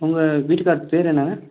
உங்கள் வீட்டுக்காரரு பேர் என்னங்க